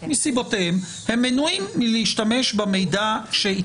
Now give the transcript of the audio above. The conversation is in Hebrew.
שמצדיקים את ההתחשבות במידע הזה,